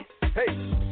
hey